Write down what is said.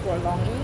prolonging